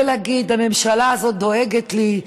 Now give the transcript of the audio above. ולהגיד: הממשלה הזאת דואגת לי.